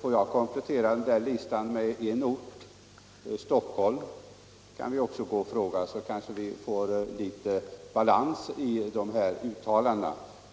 Får jag komplettera den där listan med en ort — Stockholm. Där kan vi också fråga så kanske vi får litet balans i de här uttalandena.